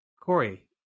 Corey